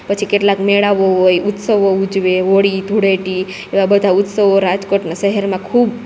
પછી કેટલાક મેળાઓ હોય ઉત્સવો ઉજવે હોળી ધૂળેટી એવા બધા ઉત્સવો રાજકોટના સહેરમાં ખૂબ